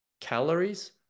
Calories